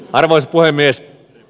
arvoisa puhemies